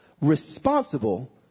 responsible